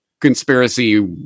conspiracy